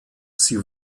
sie